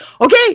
okay